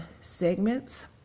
segments